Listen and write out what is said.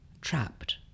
Trapped